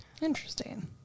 Interesting